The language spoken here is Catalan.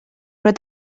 però